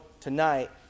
tonight